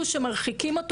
אני לא רוצה לחזור על זה.